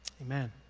amen